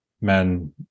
men